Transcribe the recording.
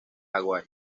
hawái